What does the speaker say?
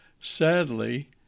Sadly